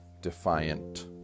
defiant